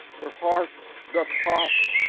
where heart doth hop.